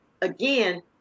again